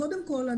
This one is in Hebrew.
קודם כל,